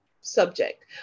subject